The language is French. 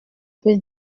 peu